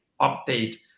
update